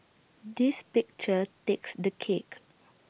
this picture takes the cake